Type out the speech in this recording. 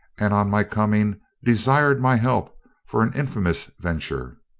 and on my coming desired my help for an infamous ven ture a